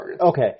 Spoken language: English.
Okay